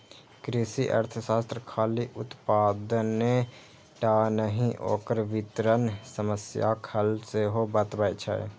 कृषि अर्थशास्त्र खाली उत्पादने टा नहि, ओकर वितरण समस्याक हल सेहो बतबै छै